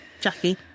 Jackie